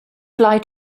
fly